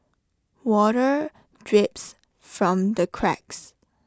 water drips from the cracks